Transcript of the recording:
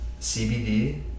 CBD